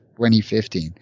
2015